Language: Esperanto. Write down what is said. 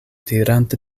dirante